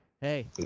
hey